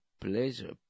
pleasure